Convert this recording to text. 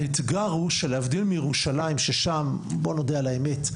האתגר הוא שלהבדיל מירושלים ששם בוא נודה על האמת,